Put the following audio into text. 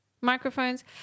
microphones